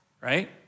right